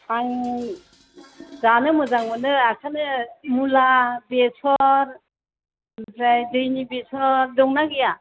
आं जानो मोजां मोनो ओंखायनो मुला बेसर ओमफ्राय दैनि बेसर दंना गैया